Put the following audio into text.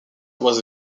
was